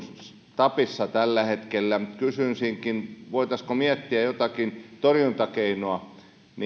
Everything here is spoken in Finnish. tapissa tällä hetkellä kysyisinkin voitaisiinko kenties miettiä jotakin torjuntakeinoa